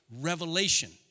Revelation